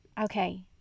Okay